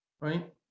Right